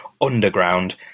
underground